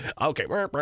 Okay